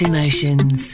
Emotions